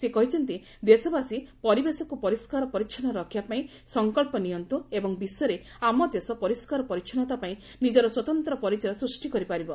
ସେ କହିଛନ୍ତି ଦେଶବାସୀ ପରିବେଶକୁ ପରିଷ୍କାର ପରିଚ୍ଚନ୍ଦ ରଖିବାପାଇଁ ସଙ୍କଚ୍ଚ ନିଅନ୍ତୁ ଏବଂ ବିଶ୍ୱରେ ଆମ ଦେଶ ପରିଷ୍କାର ପରିଚ୍ଚନ୍ନତା ପାଇଁ ନିଜର ସ୍ୱତନ୍ତ୍ର ପରିଚୟ ସୃଷ୍ଟି କରିପାରିବ